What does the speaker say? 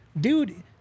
Dude